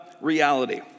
reality